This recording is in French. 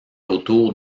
autour